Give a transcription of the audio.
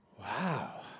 Wow